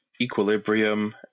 equilibrium